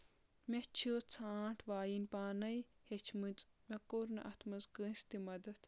مےٚ چھِ ژھانٛٹھ وایِنۍ پانے ہیٚچھمٕژ مےٚ کوٚر نہٕ اَتھ منٛز کٲنٛسہِ تہِ مدد